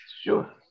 sure